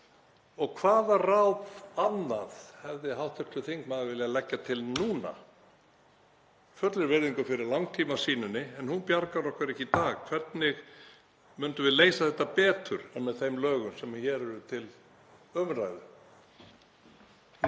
Hvaða ráð annað hefði hv. þingmaður viljað leggja til núna, með fullri virðingu fyrir langtímasýninni, en hún bjargar okkur ekki í dag? Hvernig myndum við leysa þetta betur en með því frumvarpi sem hér er til umræðu?